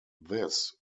this